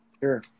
Sure